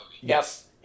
Yes